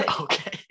okay